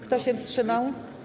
Kto się wstrzymał?